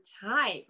time